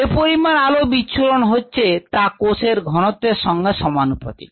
যে পরিমাণ আলো বিচ্ছুরিত হচ্ছে তা কোষের ঘনত্বের সঙ্গে সমানুপাতিক